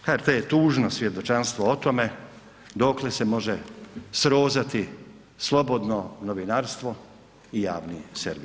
HRT je tužno svjedočanstvo o tome dokle se može srozati slobodno novinarstvo i javni servis.